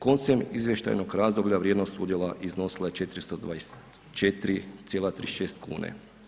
Koncem izvještajnog razdoblja vrijednost udjela iznosila je 424,36 kn.